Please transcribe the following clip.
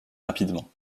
rapidement